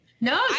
no